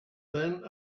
then